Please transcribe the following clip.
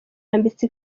yambitse